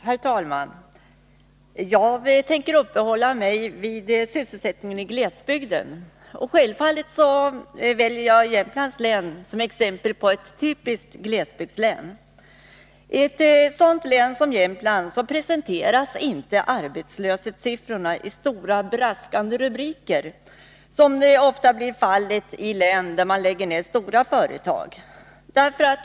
Herr talman! Jag tänker uppehålla mig vid sysselsättningen i glesbygden. Självfallet väljer jag Jämtlands län som exempel på ett typiskt glesbygdslän. I ett län som Jämtland presenteras inte arbetslöshetssiffrorna i stora braskande rubriker, som ofta blir fallet i län där man lägger ner stora företag.